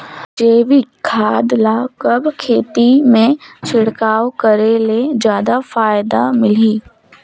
जैविक खाद ल कब खेत मे छिड़काव करे ले जादा फायदा मिलही?